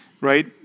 right